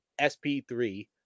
SP3